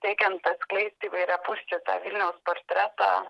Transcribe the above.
siekiant atskleisti įvairiapusį čia tą vilniaus portretą